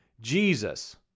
Jesus